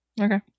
Okay